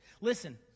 Listen